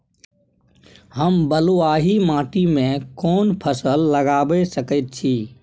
हम बलुआही माटी में कोन फसल लगाबै सकेत छी?